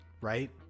right